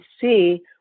see